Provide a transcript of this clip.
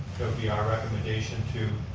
be our recommendation to